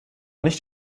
nicht